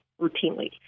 routinely